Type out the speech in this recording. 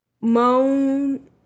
Moan